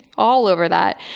all over that.